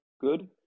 good